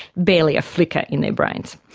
barely a flicker in their brains.